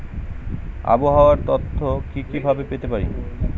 আবহাওয়ার তথ্য কি কি ভাবে পেতে পারি?